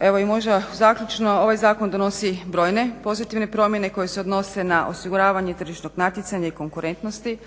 Evo i možda zaključno ovaj zakon donosi brojne pozitivne promjene koje se odnose na osiguravanje tržišnog natjecanja i konkurentnosti.